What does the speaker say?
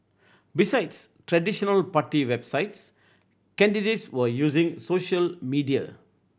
besides traditional party websites candidates were using social media